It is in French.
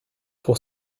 pour